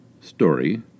Story